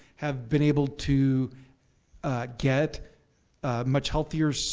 have been able to get a much healthier so